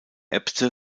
äbte